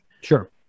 Sure